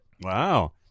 Wow